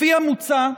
לפי המוצע,